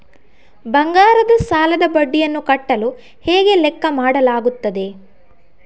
ಬಂಗಾರದ ಸಾಲದ ಬಡ್ಡಿಯನ್ನು ಕಟ್ಟಲು ಹೇಗೆ ಲೆಕ್ಕ ಮಾಡಲಾಗುತ್ತದೆ?